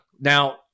Now